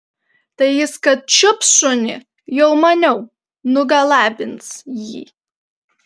tai jis kad čiups šunį jau maniau nugalabins jį